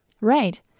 Right